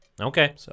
Okay